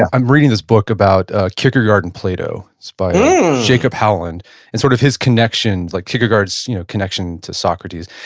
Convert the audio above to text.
i'm reading this book about a kierkegaard and plato. it's by jacob howland and sort of his connections like kierkegaard so you know connection to socrates.